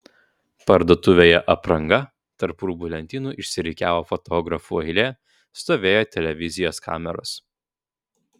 parduotuvėje apranga tarp rūbų lentynų išsirikiavo fotografų eilė stovėjo televizijos kameros